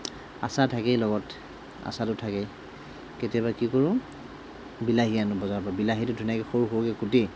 আচাৰ থাকেই লগত আচাৰটো থাকেই কেতিয়াবা কি কৰোঁ বিলাহী আনোঁ বজাৰৰ পৰা বিলাহীটো ধুনীয়াকৈ সৰু সৰুকৈ কুটি